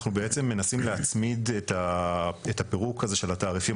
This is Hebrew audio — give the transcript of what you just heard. אנחנו בעצם מנסים להצמיד את הפירוק הזה של התעריפים